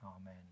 amen